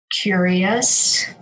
curious